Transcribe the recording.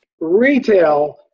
retail